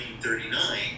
1939